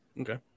Okay